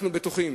אנחנו בטוחים